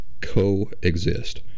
coexist